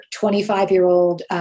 25-year-old